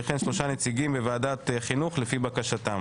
וכן שלושה נציגים בוועדת החינוך לפי בקשתם.